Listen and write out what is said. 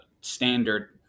standard